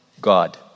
God